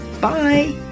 Bye